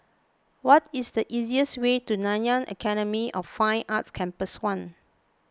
what is the easiest way to Nanyang Academy of Fine Arts Campus one